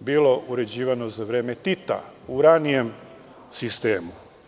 bilo uređivano za vreme Tita, u ranijem sistemu.